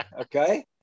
okay